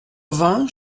vingt